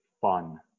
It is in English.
fun